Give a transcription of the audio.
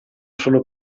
solo